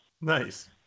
Nice